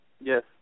Yes